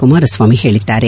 ಕುಮಾರಸ್ವಾಮಿ ಹೇಳಿದ್ದಾರೆ